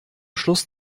schluss